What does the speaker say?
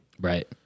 Right